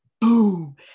boom